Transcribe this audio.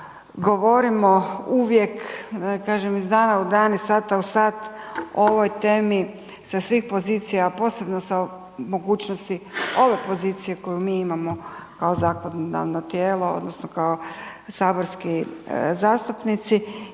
govorimo uvijek, da kažem iz dana u dan, iz sata u sat, o ovoj temi sa svih pozicija, a posebno sa mogućnosti ove pozicije koju mi imamo kao zakonodavno tijelo, odnosno kao saborski zastupnici